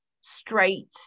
straight